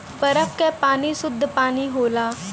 बरफ क पानी सुद्ध पानी होला